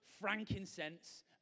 frankincense